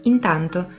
Intanto